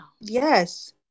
yes